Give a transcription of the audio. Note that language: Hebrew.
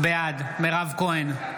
בעד מירב כהן,